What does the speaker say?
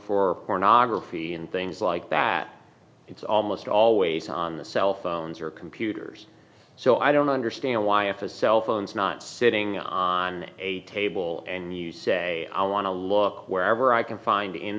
for pornography and things like that it's almost always on the cell phones or computers so i don't understand why if a cell phones not sitting on a table and you say i want to look wherever i can find in